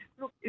look